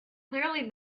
clearly